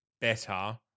better